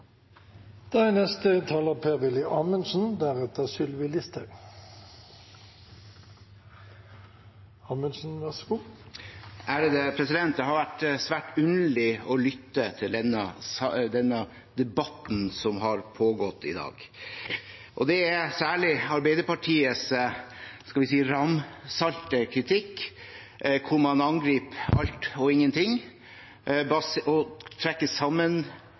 Det har vært svært underlig å lytte til denne debatten som har pågått i dag, særlig Arbeiderpartiets – skal vi si – ramsalte kritikk, hvor man angriper alt og ingenting og